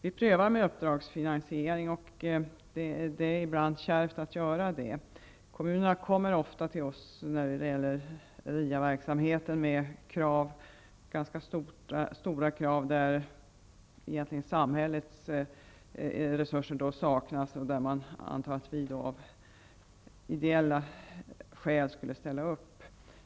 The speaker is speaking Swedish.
Vi prövar också uppdragsfinansiering, även det ibland kan vara kärvt. Kommunerna kommer ofta till oss i RIA-verksamheten med ganska stora krav i fall där samhället saknar resurser och där man utgår från att vi av ideella skäl skall ställa upp.